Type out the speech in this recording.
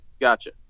Gotcha